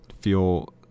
feel